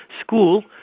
school